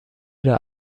der